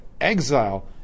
exile